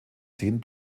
zehn